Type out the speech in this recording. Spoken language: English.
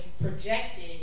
projected